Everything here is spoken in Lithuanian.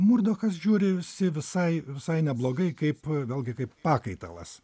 murdokas žiūrisi visai visai neblogai kaip vėlgi kaip pakaitalas